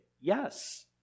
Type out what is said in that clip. Yes